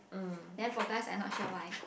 then for guys I not sure why